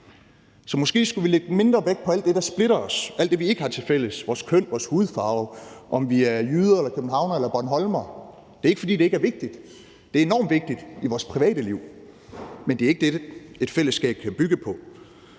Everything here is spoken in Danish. Så måske skulle vi lægge mindre vægt på alt det, der splitter os, alt det, vi ikke har tilfælles, vores køn, vores hudfarve, om vi er jyder, københavnere eller bornholmere. Det er ikke, fordi det ikke er vigtigt, for det er enormt vigtigt i vores private liv, men det er ikke det, et fællesskab kan bygge på,